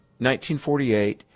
1948